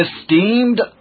esteemed